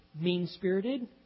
mean-spirited